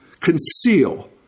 Conceal